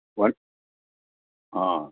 one હા